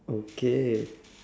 okay